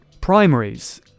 primaries